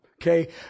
Okay